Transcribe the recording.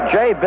Jay